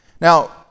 Now